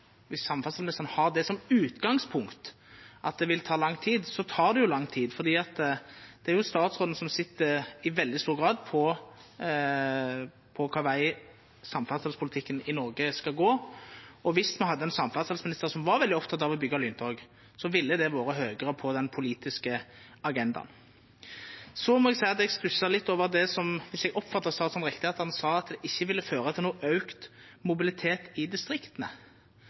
veldig stor grad sit på kva veg samferdselspolitikken i Noreg skal gå. Dersom me hadde ein samferdselsminister som var veldig oppteken av å byggja lyntog, ville det vore høgare på den politiske agendaen. Så må eg seia at eg stussar litt over det statsråden sa – dersom eg oppfatta han riktig – om at det ikkje ville føra til auka mobilitet i distrikta.